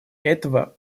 этого